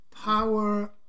power